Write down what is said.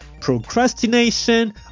procrastination